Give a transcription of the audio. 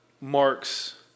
marks